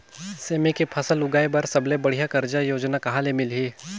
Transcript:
सेमी के फसल उगाई बार सबले बढ़िया कर्जा योजना कहा ले मिलही?